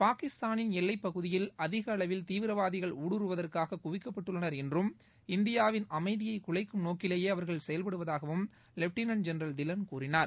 பாகிஸ்தானின் எல்வைப் பகுதியில் அதிக அளவில் தீவிரவாதிகள் ஊடுருவுவதற்காக குவிக்கப்பட்டுள்ளனர் என்றும் இந்தியாவிள் அமைதியை குலைக்கும் நோக்கிலேயே அவர்கள் செயல்படுவதாகவும் லெப்டினன்ட் ஜெனரல் திலன் கூறினார்